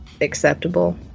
acceptable